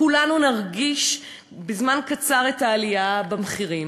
כולנו, נרגיש בתוך זמן קצר את העלייה במחירים.